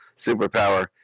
superpower